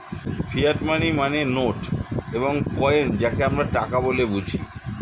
fiat money মানে note এবং coin যাকে আমরা টাকা বলে বুঝি